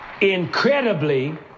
incredibly